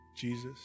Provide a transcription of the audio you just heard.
Jesus